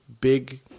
big